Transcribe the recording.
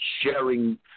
sharing